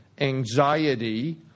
anxiety